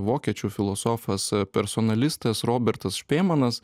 vokiečių filosofas personalistas robertas špėmanas